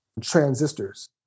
transistors